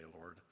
Lord